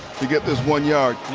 to get this one yard.